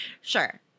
Sure